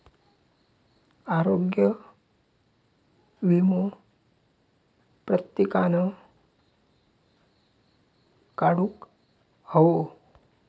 आरोग्य वीमो प्रत्येकान काढुक हवो